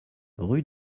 rue